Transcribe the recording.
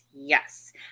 Yes